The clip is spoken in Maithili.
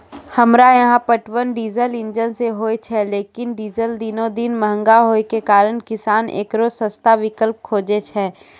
हमरा यहाँ पटवन डीजल इंजन से होय छैय लेकिन डीजल दिनों दिन महंगा होय के कारण किसान एकरो सस्ता विकल्प खोजे छैय?